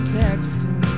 texting